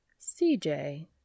CJ